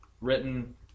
written